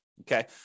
Okay